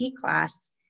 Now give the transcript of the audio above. class